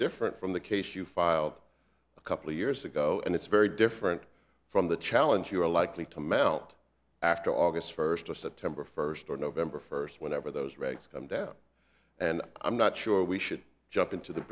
different from the case you filed a couple of years ago and it's very different from the challenge you're likely to melt after august first of september first or november first whenever those rates come down and i'm not sure we should jump into the